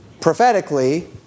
prophetically